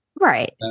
Right